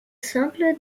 simple